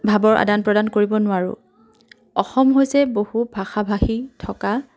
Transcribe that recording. ভাবৰ আদান প্ৰদান কৰিব নোৱাৰোঁ অসম হৈছে বহু ভাষা ভাষী থকা